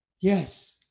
Yes